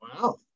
Wow